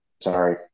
sorry